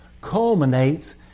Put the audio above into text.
culminates